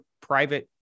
private